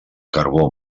carbó